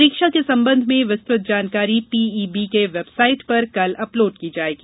परीक्षा के संबंध में विस्तृत जानकारी पीईबी के वेबसाइट पर कल अपलोड की जाएगी